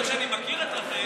בגלל שאני מכיר את רח"ל,